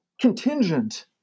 contingent